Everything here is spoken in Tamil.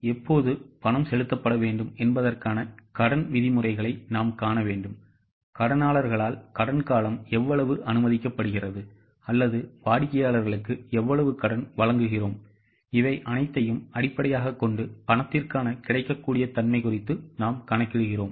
எப்போது பணம் செலுத்தப்பட வேண்டும் என்பதற்கான கடன் விதிமுறைகளை நாம் காண வேண்டும் கடனாளர்களால் கடன் காலம் எவ்வளவு அனுமதிக்கப்படுகிறது அல்லது வாடிக்கையாளர்களுக்கு எவ்வளவு கடன் வழங்குகிறோம் இவை அனைத்தையும் அடிப்படையாகக் கொண்டு பணத்திற்கான கிடைக்கக்கூடிய தன்மை குறித்து நாம் கணக்கிடுகிறோம்